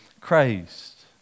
Christ